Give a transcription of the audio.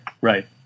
right